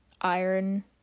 iron